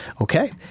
Okay